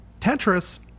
Tetris